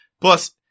Plus